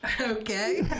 Okay